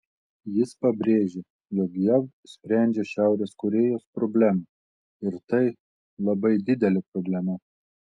jis pabrėžė jog jav sprendžia šiaurės korėjos problemą ir tai labai didelė problema